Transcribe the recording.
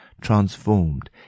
transformed